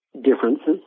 differences